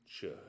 church